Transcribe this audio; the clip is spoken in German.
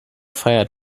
feiert